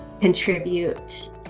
contribute